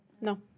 No